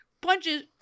Punches